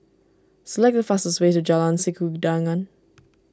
select the fastest way to Jalan Sikudangan